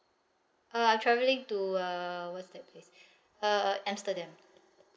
uh travelling to uh what's that place uh amsterdam